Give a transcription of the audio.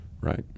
Right